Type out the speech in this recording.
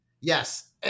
Yes